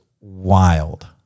wild